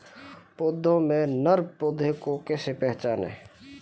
पौधों में नर पौधे को कैसे पहचानें?